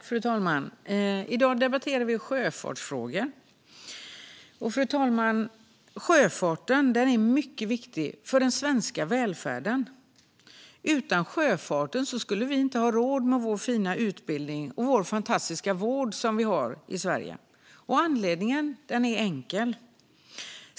Fru talman! I dag debatterar vi sjöfartsfrågor. Sjöfarten är mycket viktig för den svenska välfärden. Utan sjöfarten skulle vi inte ha råd med vår fina utbildning och den fantastiska vård som vi har i Sverige. Anledningen är enkel.